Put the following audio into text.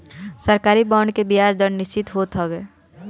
सरकारी बांड के बियाज दर निश्चित होत हवे